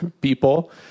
people